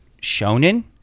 shonen